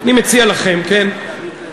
אני מציע לכם, כן,